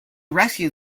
rescue